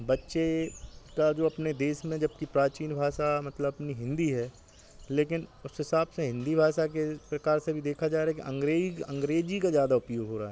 बच्चे का जो अपने देश में जबकि प्राचीन भाषा मतलब अपनी हिन्दी है लेकिन उस हिसाब से हिन्दी भाषा के प्रकार से भी देखा जा रहा है कि अंग्रेज अंग्रेज़ी का ज़्यादा उपयोग हो रहा है